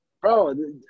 Bro